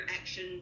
Action